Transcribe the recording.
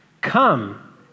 come